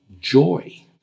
joy